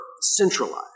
centralized